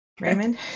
Raymond